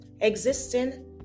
existing